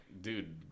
dude